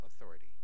authority